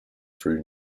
through